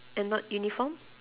and not uniform